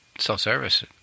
self-service